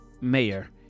mayor